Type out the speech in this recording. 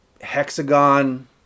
hexagon